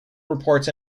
reports